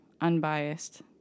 unbiased